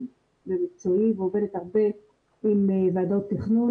במקצועי ועובדת הרבה עם ועדות תכנון.